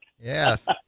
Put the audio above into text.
Yes